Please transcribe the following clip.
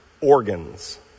organs